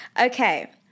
Okay